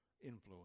influence